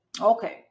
Okay